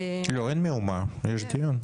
לא, אין מהומה, יש דיון.